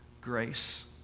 grace